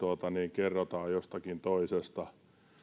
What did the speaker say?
kerrotaan jostakin toisesta